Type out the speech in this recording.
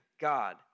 God